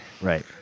Right